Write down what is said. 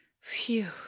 phew